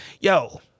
yo